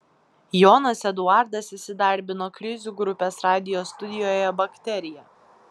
jonas eduardas įsidarbino krizių grupės radijo studijoje bakterija